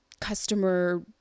customer